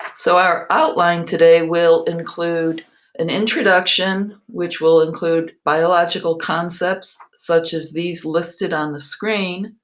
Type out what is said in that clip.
so our outline today will include an introduction, which will include biological concepts, such as these listed on the screen.